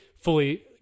fully